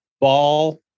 Ball